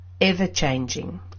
Ever-changing